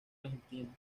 argentino